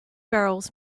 barrels